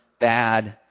bad